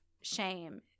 shame